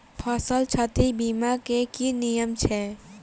फसल क्षति बीमा केँ की नियम छै?